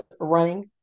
running